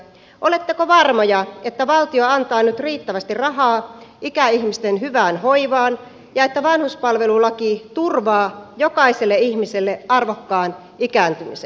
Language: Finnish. oletteko varmoja että valtio antaa nyt riittävästi rahaa ikäihmisten hyvään hoivaan ja että vanhuspalvelulaki turvaa jokaiselle ihmiselle arvokkaan ikääntymisen